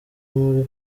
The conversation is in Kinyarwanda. muri